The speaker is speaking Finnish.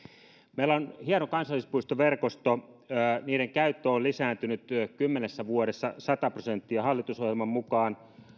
meillä on hieno kansallispuistoverkosto niiden käyttö on lisääntynyt kymmenessä vuodessa sata prosenttia hallitusohjelman mukaan